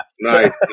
nice